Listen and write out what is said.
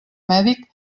mèdic